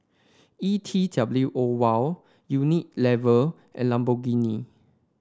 E T W O Wow Unilever and Lamborghini